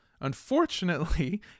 Unfortunately